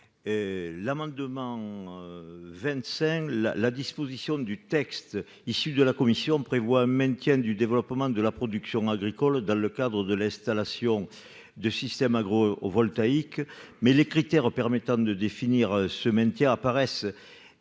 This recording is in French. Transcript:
Le texte issu des travaux de la commission prévoit « un maintien et un développement » de la production agricole dans le cadre de l'installation de systèmes agrivoltaïques, mais les critères permettant de définir ce maintien apparaissent